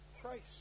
Christ